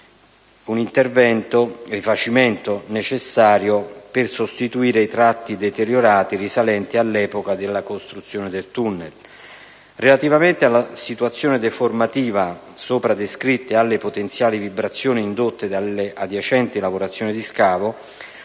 su tutto il contorno), necessario per sostituire i tratti deteriorati risalenti all'epoca della costruzione del *tunnel*. Relativamente alla situazione deformativa sopra descritta e alle potenziali vibrazioni indotte dalle adiacenti lavorazioni di scavo,